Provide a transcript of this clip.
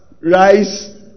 Rice